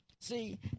See